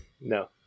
No